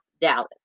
Dallas